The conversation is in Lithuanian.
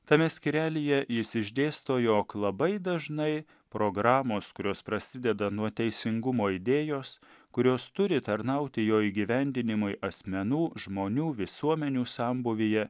tame skyrelyje jis išdėsto jog labai dažnai programos kurios prasideda nuo teisingumo idėjos kurios turi tarnauti jo įgyvendinimui asmenų žmonių visuomenių sambūvyje